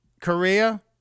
Korea